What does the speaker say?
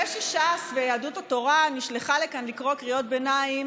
זה שש"ס ויהדות התורה נשלחו לכאן לקרוא קריאות ביניים,